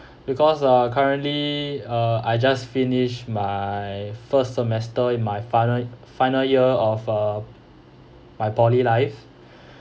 because uh currently uh I just finished my first semester in my final final year of uh my poly life